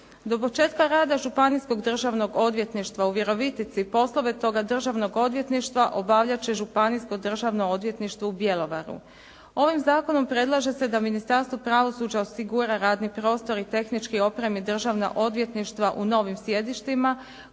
Do početka rada županijskog državnog odvjetništva u Virovitici poslove toga državnog odvjetništva obavljati će županijsko državno odvjetništvo u Bjelovaru. Ovim zakonom predlaže se da ministarstvo pravosuđa osigura radni prostor i tehnički opremi državna odvjetništva u novim sjedištima